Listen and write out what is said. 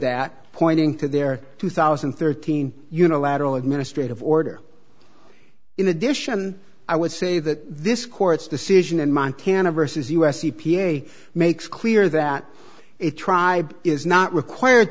that pointing to their two thousand and thirteen unilateral administrative order in addition i would say that this court's decision in montana versus u s e p a makes clear that it tribe is not required